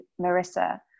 Marissa